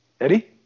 Eddie